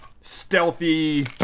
stealthy